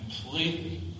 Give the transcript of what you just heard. completely